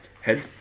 Head